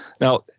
Now